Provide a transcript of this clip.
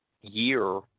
year